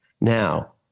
Now